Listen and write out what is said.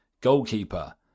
Goalkeeper